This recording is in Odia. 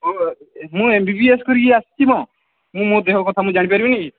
ଓ ମୁଁ ଏମ ବି ବି ଏସ୍ କରିକି ଆସିଚି ମୁଁ ମୋ ଦେହ କଥା ମୁଁ ଜାଣିପାରିବିନି